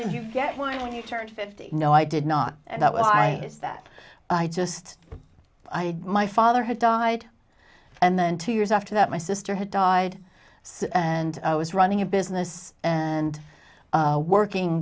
you get when you turned fifty no i did not and that why is that i just i my father had died and then two years after that my sister had died and i was running a business and working